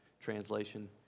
translation